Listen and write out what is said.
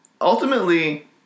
ultimately